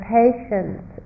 patience